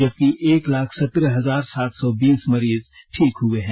जबकि एक लाख सत्रह हजार सात सौ बीस मरीज ठीक हुए हैं